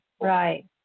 Right